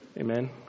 Amen